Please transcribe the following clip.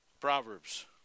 Proverbs